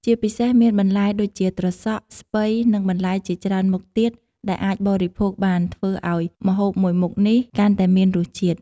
ជាពិសេសមានបន្លែដូចជាត្រសក់ ស្ពៃ និងបន្លែជាច្រើនមុខទៀតដែលអាចបរិភោគបានធ្វើឱ្យម្ហូបមួយមុខនេះកាន់តែមានរសជាតិ។